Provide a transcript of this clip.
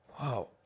Wow